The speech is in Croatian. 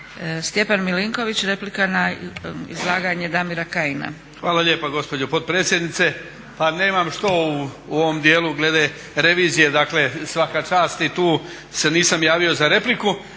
Stjepan Milinković, replika na izlaganje Damira Kajina. **Milinković, Stjepan (HDZ)** Hvala lijepa gospođo potpredsjednice. Pa nemam što u ovom dijelu glede revizije, dakle svaka čast i tu se nisam javio za repliku,